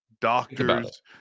doctors